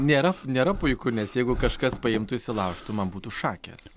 nėra nėra puiku nes jeigu kažkas paimtų įsilaužtų man būtų šakės